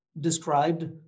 described